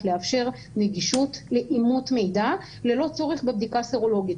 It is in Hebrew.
לאפשר נגישות לאימות מידע ללא צורך בבדיקה סרולוגית.